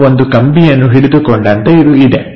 ನಾವು ಒಂದು ಕಂಬಿಯನ್ನು ಹಿಡಿದುಕೊಂಡಂತೆ ಇದು ಇದೆ